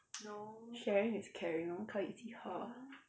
sharing is caring 可以一起喝